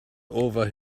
over